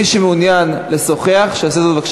מי שמעוניין לשוחח, בבקשה שיעשה את זה בחוץ.